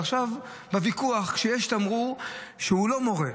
עכשיו בוויכוח, כשיש תמרור שהוא לא מורה,